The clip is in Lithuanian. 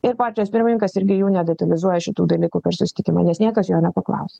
ir partijos pirmininkas irgi jų nedetalizuoja šitų dalykų per susitikimą nes niekas jo nepaklausia